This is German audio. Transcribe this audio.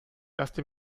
erste